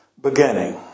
beginning